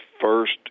first